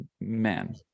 man